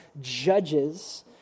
judges